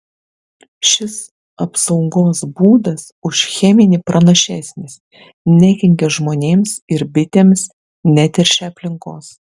šis apsaugos būdas už cheminį pranašesnis nekenkia žmonėms ir bitėms neteršia aplinkos